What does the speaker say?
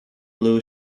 blue